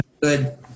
good